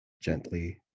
gently